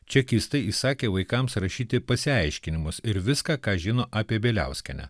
čekistai įsakė vaikams rašyti pasiaiškinimus ir viską ką žino apie bieliauskienę